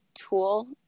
tool